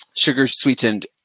sugar-sweetened